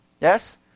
Yes